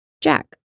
Jack